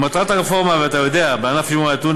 מטרת הרפורמה בענף שימורי הטונה,